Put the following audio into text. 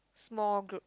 small group